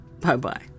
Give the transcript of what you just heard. Bye-bye